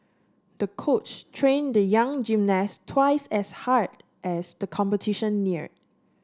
the coach trained the young gymnast twice as hard as the competition neared